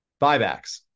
buybacks